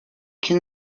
can